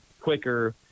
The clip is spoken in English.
quicker